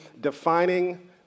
defining